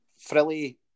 frilly